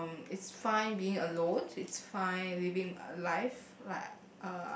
um it's fine being alone it's fine living life like